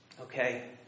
Okay